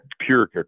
pure